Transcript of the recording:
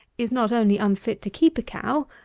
is not only unfit to keep a cow,